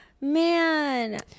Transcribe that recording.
Man